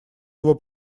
его